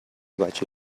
بچه